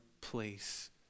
place